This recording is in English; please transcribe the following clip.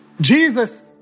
Jesus